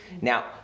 Now